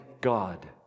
God